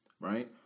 right